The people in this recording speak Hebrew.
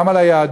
גם על היהדות,